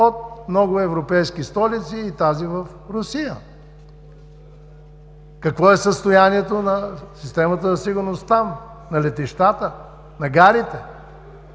от много европейски столици и тази в Русия. Какво е състоянието на системата за сигурност там – на летищата, на гарите?